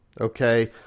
Okay